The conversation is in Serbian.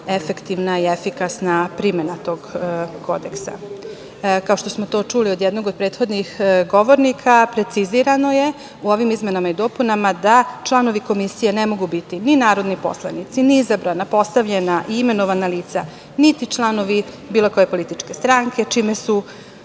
efektivna i efikasna primena tog Kodeksa. Kao što smo to čuli od jednog od prethodnih govornika, precizirano je u ovim izmenama i dopunama da članovi komisije ne mogu biti ni narodni poslanici, ni izabrana, postavljena i imenovana lica, niti članovi bilo koje političke strane, čime su